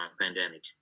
pandemic